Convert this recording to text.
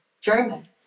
German